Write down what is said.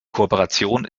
kooperation